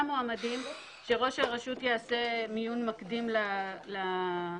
מועמדים שראש הרשות יעשה מיון מקדים לבקשות.